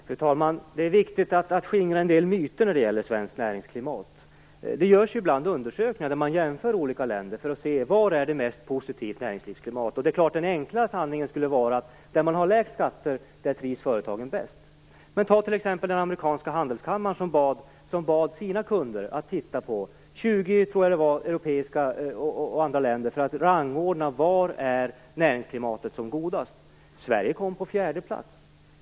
Fru talman! Det är viktigt att skingra en del myter när det gäller svenskt näringslivsklimat. Det görs ibland undersökningar där man jämför olika länder för att se var näringslivsklimatet är mest positivt. Den enkla sanningen skulle vara att företagen trivs bäst där man har lägst skatter. Men den amerikanska handelskammaren bad sina kunder att titta på 20 europeiska och andra länder för att rangordna var näringslivsklimatet är som bäst. Sverige kom på fjärde plats.